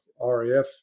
RAF